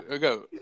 go